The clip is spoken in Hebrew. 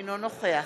אינו נוכח